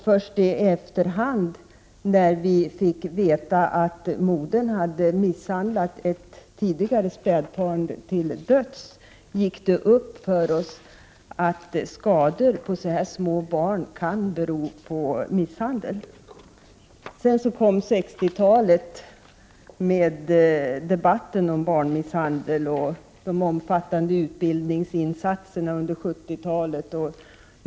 Först i efterhand, när vi hade fått veta att modern misshandlat ett tidigare spädbarn till döds, gick det upp för oss att skador på små barn kan bero på misshandel. Sedan kom 60-talets debatt om barnmisshandel och därefter de omfattande utbildningsinsatserna under 70-talet.